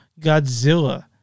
Godzilla